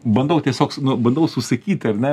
bandau tiesiog bandau susakyti ar ne